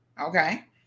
Okay